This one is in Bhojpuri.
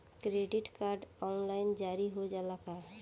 क्रेडिट कार्ड ऑनलाइन जारी हो जाला का?